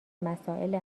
مسائل